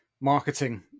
marketing